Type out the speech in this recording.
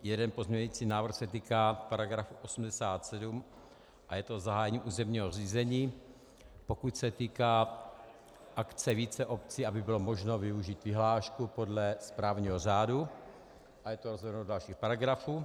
Jeden pozměňující návrh se týká § 87 a je to zahájení územního řízení, pokud se týká akce více obcí, aby bylo možno využít vyhlášku podle správního řádu, a je to dalších paragrafů.